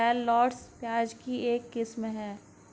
shallots, प्याज की एक किस्म है